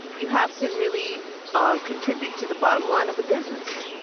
you have to really um contribute to the bottom line of the business,